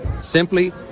simply